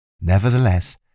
Nevertheless